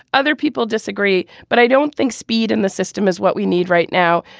other people disagree but i don't think speed in the system is what we need right now.